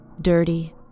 dirty